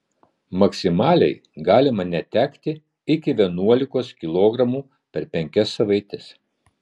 maksimaliai galima netekti iki vienuolikos kilogramų per penkias savaites